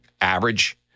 average